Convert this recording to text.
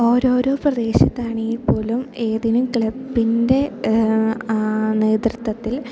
ഓരോരോ പ്രദേശത്താണെങ്കിൽ പോലും ഏതിനും ക്ലബ്ബിൻ്റെ നേതൃത്വത്തിൽ